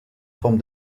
forme